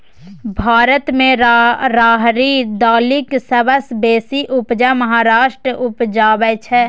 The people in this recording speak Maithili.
भारत मे राहरि दालिक सबसँ बेसी उपजा महाराष्ट्र उपजाबै छै